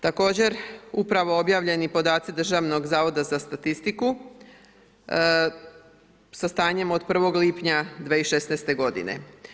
Također, upravo objavljeni podaci Državnog zavoda za statistiku sa stanjem od 1. lipnja 2016. godine.